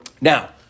Now